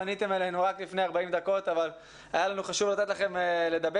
גם פניתם אלינו לפני 40 דקות אבל היה לנו חשוב לתת לכם לדבר.